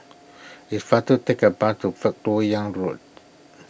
it's faster take a bus to First Lok Yang Road